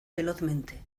velozmente